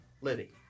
Liddy